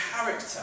character